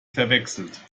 verwechselt